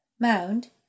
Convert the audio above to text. Mound